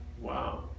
Wow